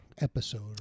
episode